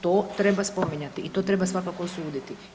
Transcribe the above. To treba spominjati i to treba svakako osuditi.